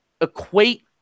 equate